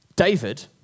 David